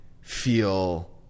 feel